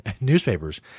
Newspapers